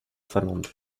finlande